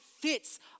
fits